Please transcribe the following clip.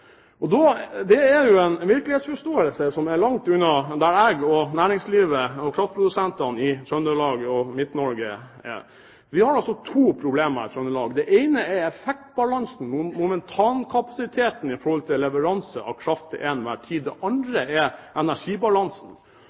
og kraftprodusentene i Trøndelag og Midt-Norge er. Vi har to problemer i Trøndelag. Det ene er effektbalansen, momentankapasiteten, med hensyn til leveranse av kraft til enhver tid. Det andre er energibalansen.